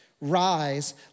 Rise